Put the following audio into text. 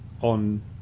on